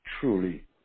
truly